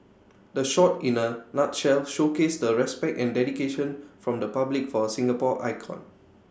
the shot in A nutshell showcased the respect and dedication from the public for A Singapore icon